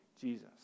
Jesus